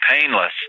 painless